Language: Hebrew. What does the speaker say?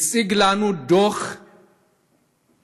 הציג לנו דוח מבייש,